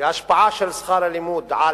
וההשפעה של שכר הלימוד על